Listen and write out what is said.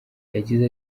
yagize